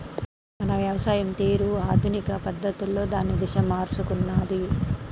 మన వ్యవసాయం తీరు ఆధునిక పద్ధతులలో దాని దిశ మారుసుకున్నాది